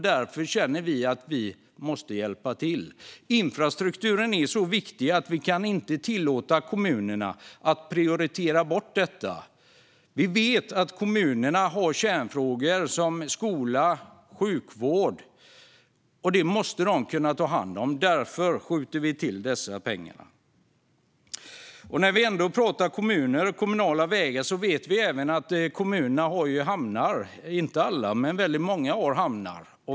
Därför känner vi att vi måste hjälpa till. Infrastrukturen är så viktig att vi inte kan tillåta kommunerna att prioritera bort den. Vi vet att kommunerna har kärnfrågor som skola och sjukvård, och det måste de kunna ta hand om. Därför skjuter vi till dessa pengar. Nu pratar vi om kommuner och kommunala vägar. Vi vet att kommunerna även har hamnar, inte alla kommuner men väldigt många.